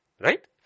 Right